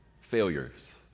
failures